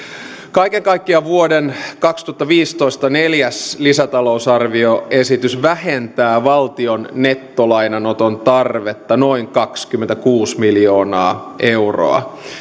kaiken kaikkiaan vuoden kaksituhattaviisitoista neljäs lisätalousarvioesitys vähentää valtion nettolainanoton tarvetta noin kaksikymmentäkuusi miljoonaa euroa